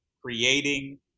Creating